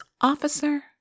officer